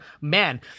man